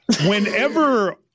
Whenever